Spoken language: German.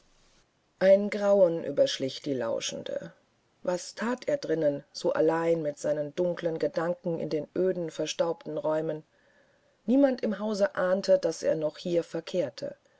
ein grauen überschlich die lauschende was that er drinnen so allein mit seinen dunklen gedanken in den öden verstaubten räumen niemand im hause ahnte daß er noch hier verkehrte